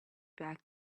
back